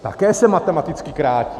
Také se matematicky krátí.